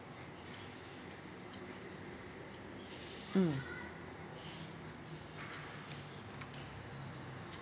mm